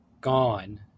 gone